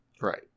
Right